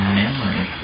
memory